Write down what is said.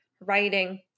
writing